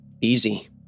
Easy